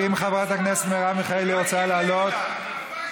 אם חברת הכנסת מיכאלי רוצה לעלות, הלוואי